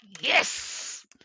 yes